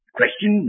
question